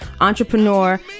entrepreneur